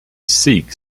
sikh